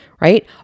Right